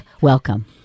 Welcome